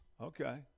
Okay